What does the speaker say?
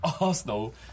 Arsenal